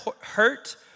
hurt